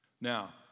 Now